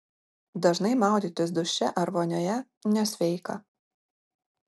dažnai maudytis duše ar vonioje nesveika